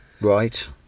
right